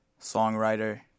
songwriter